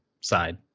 side